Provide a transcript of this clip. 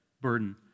burden